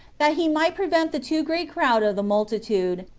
that he might prevent the too great crowd of the multitude,